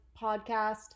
podcast